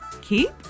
Keep